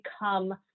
become